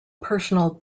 personal